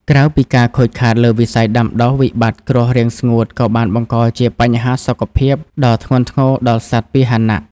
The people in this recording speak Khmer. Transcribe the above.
ក្រៅពីការខូចខាតលើវិស័យដាំដុះ វិបត្តិគ្រោះរាំងស្ងួតក៏បានបង្កជាបញ្ហាសុខភាពដ៏ធ្ងន់ធ្ងរដល់សត្វពាហនៈ។